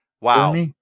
Wow